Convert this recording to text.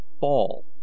ball